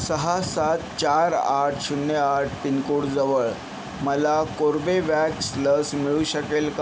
सहा सात चार आठ शून्य आठ पिनकोडजवळ मला कोर्बेवॅक्स लस मिळू शकेल का